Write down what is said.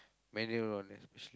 manual one especially